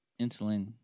insulin